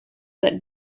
that